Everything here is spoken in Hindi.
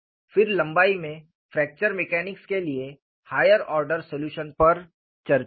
फिर लंबाई में फ्रैक्चर मैकेनिक्स के लिए हायर आर्डर सलूशन पर चर्चा करें